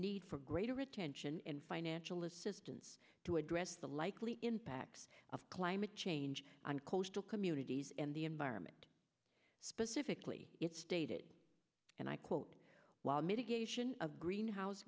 need for greater attention and financial assistance to address the likely impacts of climate change on coastal communities and the environment specifically it stated and i quote while mitigation of greenhouse